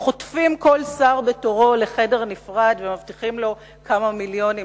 חוטפים כל שר בתורו לחדר נפרד ומבטיחים לו כמה מיליונים,